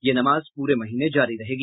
यह नमाज पूरे महीने जारी रहेगी